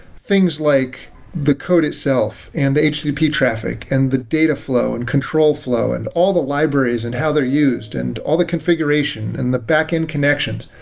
things like the code itself, and the http traffic, and the dataflow, and control flow, and all the libraries, and how they're used, and all the configuration, and the backend connections.